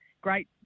great